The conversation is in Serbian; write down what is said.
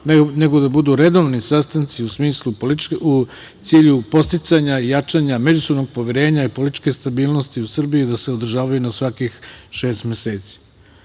nego da budu redovni sastanci, u cilju podsticanja i jačanja međusobnog poverenja i političke stabilnosti u Srbiji i da se održavaju na svakih šest meseci.